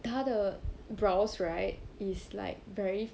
他的 brows right is like very